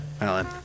Alan